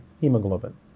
hemoglobin